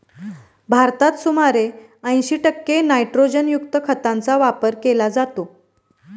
भारतात सुमारे ऐंशी टक्के नायट्रोजनयुक्त खतांचा वापर केला जातो